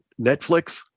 Netflix